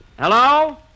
Hello